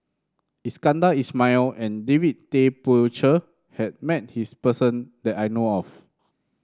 Iskandar Ismail and David Tay Poey Cher has met this person that I know of